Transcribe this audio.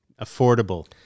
Affordable